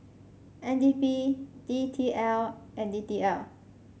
N D P D T L and D T L